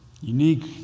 unique